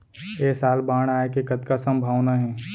ऐ साल बाढ़ आय के कतका संभावना हे?